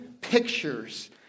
pictures